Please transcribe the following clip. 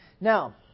Now